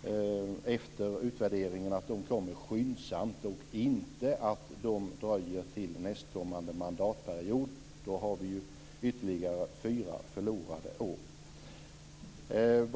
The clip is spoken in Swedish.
det efteråt skyndsamt läggs fram förslag. Det bör inte dröja till nästkommande mandatperiod, för det skulle innebära ytterligare fyra förlorade år.